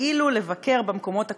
כאילו לבקר במקומות הקדושים,